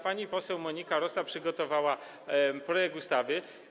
Pani poseł Monika Rosa przygotowała projekt ustawy.